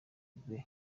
ingwe